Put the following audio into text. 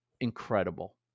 incredible